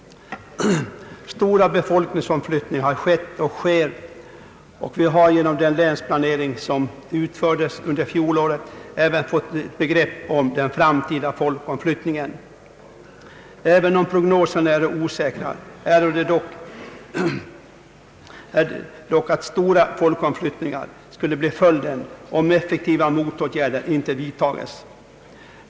Stora befolkningsomflyttningar har skett och sker, och vi har genom den länsplanering som utfördes under fjolåret även fått ett begrepp om den framtida folkomflyttningen. Även om prognoserna är osäkra pekar de dock på att stora folkomflyttningar skulle bli följden, om effektiva motåtgärder inte vidtages.